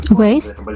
waste